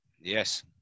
Yes